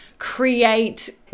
create